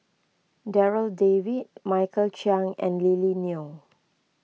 Darryl David Michael Chiang and Lily Neo